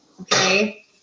okay